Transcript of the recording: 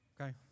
Okay